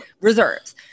Reserves